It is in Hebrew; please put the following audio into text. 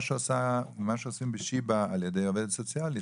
מה שעושים בשיבא על ידי עובדת סוציאלית